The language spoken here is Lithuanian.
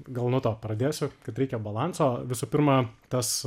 gal nuo to pradėsiu kad reikia balanso visų pirma tas